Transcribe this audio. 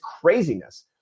craziness